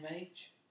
age